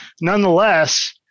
Nonetheless